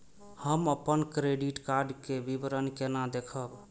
हम अपन credit card के विवरण केना देखब?